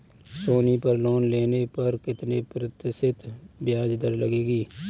सोनी पर लोन लेने पर कितने प्रतिशत ब्याज दर लगेगी?